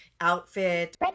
outfit